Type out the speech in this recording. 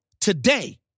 today